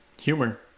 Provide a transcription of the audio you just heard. Humor